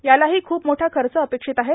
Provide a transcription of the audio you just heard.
यालाही खूप मोठा खर्च अपेक्षित आहे